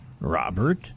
Robert